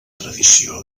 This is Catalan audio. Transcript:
tradició